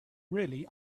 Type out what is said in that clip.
really